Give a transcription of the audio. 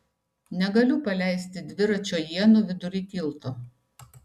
negaliu paleisti dviračio ienų vidury tilto